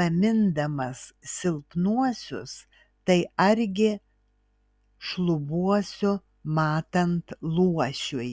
pamindamas silpnuosius tai argi šlubuosiu matant luošiui